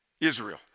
Israel